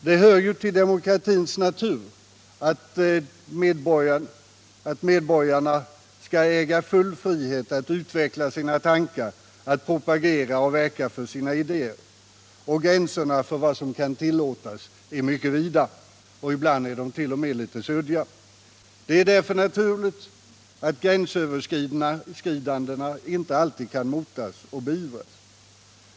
Det hör till demokratins natur att medborgarna skall äga full frihet att utveckla sina tankar, att propagera och verka för sina idéer, och gränserna för vad som kan tillåtas är mycket vida och ibland t.o.m. litet suddiga. Det är därför naturligt att gränsöverskridandena inte alltid motas och beivras.